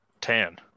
Ten